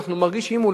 ואנחנו מרגישים,